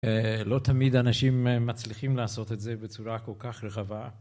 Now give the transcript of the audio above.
לא תמיד אנשים מצליחים לעשות את זה בצורה כל כך רחבה.